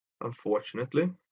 Unfortunately